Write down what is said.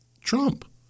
Trump